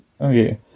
Okay